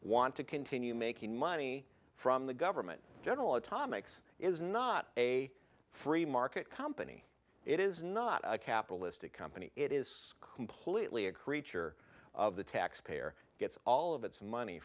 want to continue making money from the government general atomics is not a free market company it is not a capitalistic company it is scum politically a creature of the taxpayer gets all of its money